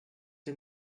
did